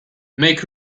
make